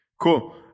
Cool